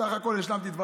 סך הכול השלמתי את דבריך.